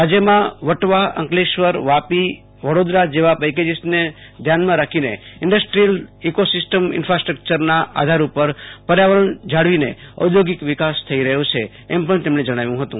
રાજ્યમાં વટવા અંકલેશ્વરવાપી વડીદરો જેવા પ્રેકેશ્સને ધ્યાનમાં રાખીને ઈન્ડસ્ટ્રિયલ ઈકોસિસ્ટમ ઈન્ફાસ્ટ્રકયરના આધાર ઉપર પૂર્યાવેરણ જાળવીને ઔદ્યોગિક વિકાસ થઈ રહ્યો છે એમ પણ તેમણે જણાવ્યું હતું